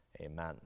amen